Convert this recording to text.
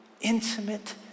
intimate